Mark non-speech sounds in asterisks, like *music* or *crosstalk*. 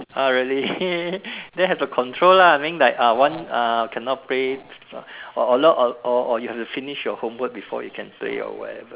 ah really then *laughs* have to control lah I mean like uh one uh cannot play or a lot or or you have to finish your homework before you can play your whatever